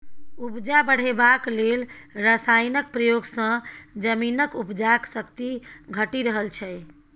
उपजा बढ़ेबाक लेल रासायनक प्रयोग सँ जमीनक उपजाक शक्ति घटि रहल छै